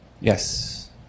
Yes